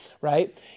Right